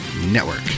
Network